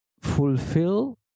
fulfill